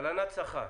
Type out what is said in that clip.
הלנת שכר.